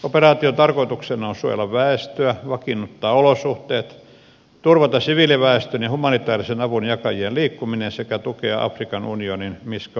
operaation tarkoituksena on suojella väestöä vakiinnuttaa olosuhteet turvata siviiliväestön ja humanitäärisen avun jakajien liikkuminen sekä tukea afrikan unionin misca operaatiota